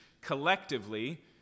collectively